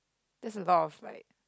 that's a lot of like